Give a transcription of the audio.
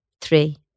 Three